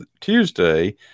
Tuesday